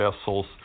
vessels